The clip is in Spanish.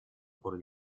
por